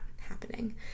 happening